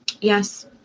Yes